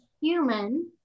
human